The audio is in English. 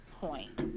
point